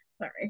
sorry